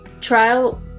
trial